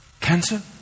Cancer